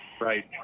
Right